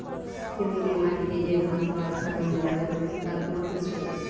জমিতে মাটিতে যে ঘাস বা আচ্ছাদন গুলাকে পরিষ্কার করতিছে